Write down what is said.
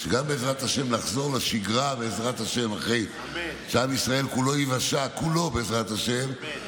כשנחזור לשגרה לאחר שעם ישראל כולו ייוושע, אמן.